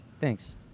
Thanks